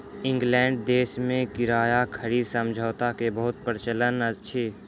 England देश में किराया खरीद समझौता के बहुत प्रचलन अछि